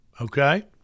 Okay